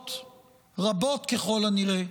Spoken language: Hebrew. משפחות רבות ככל הנראה,